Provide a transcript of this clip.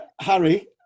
Harry